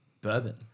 bourbon